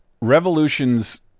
Revolutions